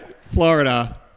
Florida